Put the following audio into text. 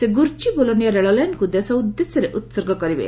ସେ ଗାରଜୀ ବେଲନିଆ ରେଳ ଲାଇନ୍କୁ ଦେଶ ଉଦ୍ଦେଶ୍ୟରେ ଉତ୍ଗର୍ଗ କରିବେ